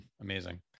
Amazing